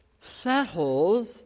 settles